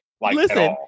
Listen